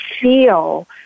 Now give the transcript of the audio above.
feel